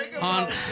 On